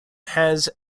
has